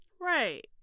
right